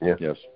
Yes